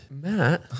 Matt